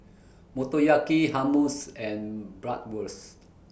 Motoyaki Hummus and Bratwurst